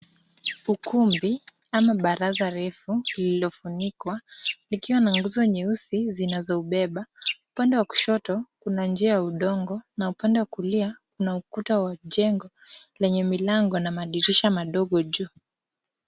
Ukumbi ama baraza refu lililofunikwa, likiwa na nguzo nyeusi zinazoubeba. Upande wa kushoto kuna njia ya udongo na upande wa kulia kuna ukuta wa jengo lenye milango na madirisha madogo juu.